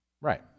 right